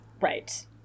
right